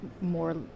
more